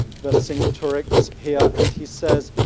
vercingetorix here, and he says,